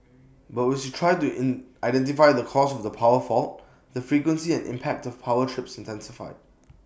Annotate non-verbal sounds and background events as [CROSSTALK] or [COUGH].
but we [UNINTELLIGIBLE] tried to [HESITATION] identify the cause of the power fault the frequency and impact of power trips intensified